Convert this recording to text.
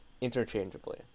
interchangeably